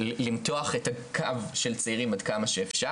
כלומר למתוח את הקו של הצעירים עד כמה שאפשר,